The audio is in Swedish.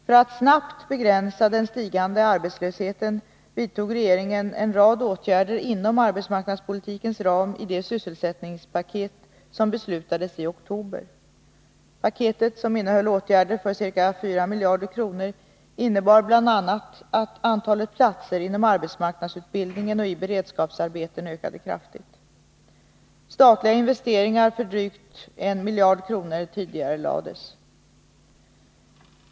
För att snabbt begränsa den stigande arbetslösheten vidtog regeringen en rad åtgärder inom arbetsmarknadspolitikens ram i det sysselsättningspaket som man beslutade om i oktober. Paketet, som innehöll åtgärder för ca 4 000 milj.kr., innebar bl.a. att antalet platser inom arbetsmarknadsutbildningen och i beredskapsarbeten ökade kraftigt. Statliga investeringar för drygt 1 000 milj.kr. tidigarelades.